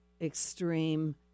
extreme